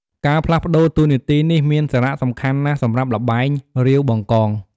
ការផ្លាស់ប្តូរតួនាទីនេះមានសារៈសំខាន់ណាស់សម្រាប់ល្បែង រាវបង្កង។